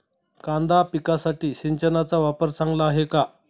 कांदा पिकासाठी सिंचनाचा वापर चांगला आहे का?